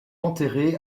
enterrée